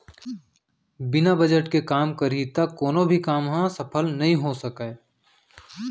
बिना बजट के काम करही त कोनो भी काम ह सफल नइ हो सकय